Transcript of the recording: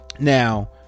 now